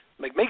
Make